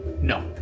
No